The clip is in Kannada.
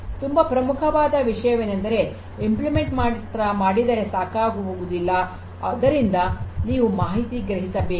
ತುಂಬಾ ಪ್ರಮುಖವಾದ ವಿಷಯವೆಂದರೆ ಅನುಷ್ಠಾನ ಮಾತ್ರ ಮಾಡಿದರೆ ಸಾಕಾಗುವುದಿಲ್ಲ ಅದರಿಂದ ನೀವು ಮಾಹಿತಿಯನ್ನು ಗ್ರಹಿಸಬೇಕು